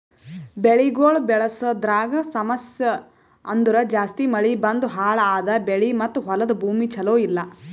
ಬೆಳಿಗೊಳ್ ಬೆಳಸದ್ರಾಗ್ ಸಮಸ್ಯ ಅಂದುರ್ ಜಾಸ್ತಿ ಮಳಿ ಬಂದು ಹಾಳ್ ಆದ ಬೆಳಿ ಮತ್ತ ಹೊಲದ ಭೂಮಿ ಚಲೋ ಇಲ್ಲಾ